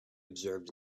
observed